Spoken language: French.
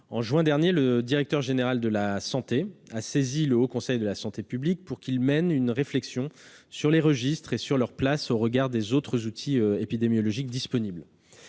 En juin dernier, le directeur général de la santé a saisi le Haut Conseil de la santé publique (HCSP) pour qu'il mène une réflexion sur les registres et sur leur place au regard des autres outils épidémiologiques disponibles.